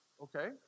Okay